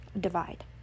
Divide